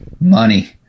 money